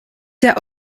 der